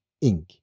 ink